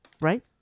right